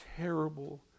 terrible